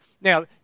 Now